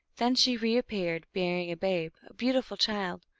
then she reappeared, bearing a babe, a beautiful child,